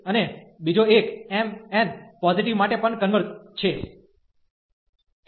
અને બીજો એક mn પોઝિટિવ માટે પણ કન્વર્ઝ converges છે